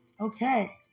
Okay